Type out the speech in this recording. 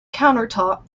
countertop